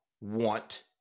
want